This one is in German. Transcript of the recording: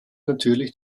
natürlich